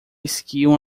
esquiam